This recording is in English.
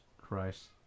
Christ